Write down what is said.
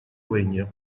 войне